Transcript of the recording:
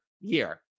year